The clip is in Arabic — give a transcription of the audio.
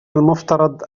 المفترض